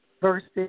versus